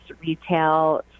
retail